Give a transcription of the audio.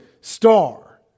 star